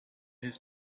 his